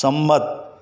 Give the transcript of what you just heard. સંમત